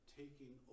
taking